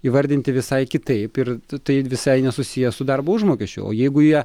įvardinti visai kitaip ir tai visai nesusiję su darbo užmokesčiu o jeigu jie